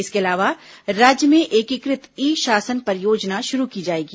इसके अलावा राज्य में एकीकृत ई षासन परियोजना शुरू की जाएगी